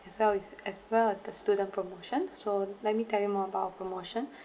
as well with as well as the student promotion so let me tell you more about our promotion